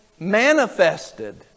manifested